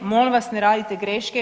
Molim vas ne radite greške.